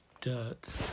dirt